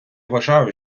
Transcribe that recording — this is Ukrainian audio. вважаю